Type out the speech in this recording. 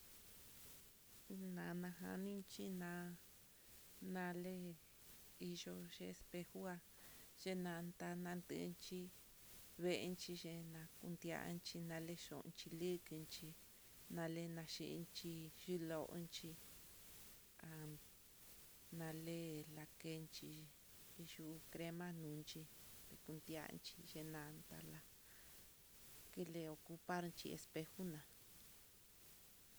Nanajaninchi na nalé iyo ye espejo, ju'a x nta nanté xhivenxhi ye kutianxhi naye kuxhilin kichí nale nachinxhi tixlonchi an nale lakinchí iyu crema nunchí kutanchi chinata la kilekuparchí espejo na'a.